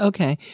Okay